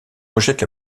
rejette